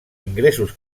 ingressos